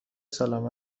سالم